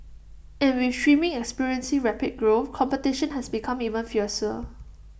and with streaming experiencing rapid growth competition has become even fiercer